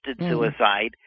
suicide